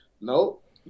Nope